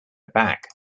aback